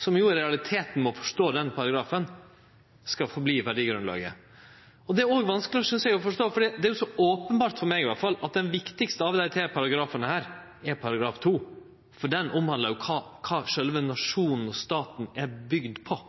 som ein jo i realiteten må forstå slik at det som står i den paragrafen, skal «forbli» verdigrunnlaget. Det er vanskeleg å forstå, synest eg, for det er så openbert, for meg i alle fall, at den viktigaste av desse tre paragrafane er § 2, for den handlar jo om kva sjølve nasjonen, staten, er bygd på.